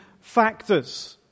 factors